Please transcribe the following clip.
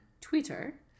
Twitter